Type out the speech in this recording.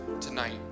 tonight